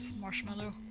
marshmallow